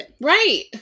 Right